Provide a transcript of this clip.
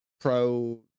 pro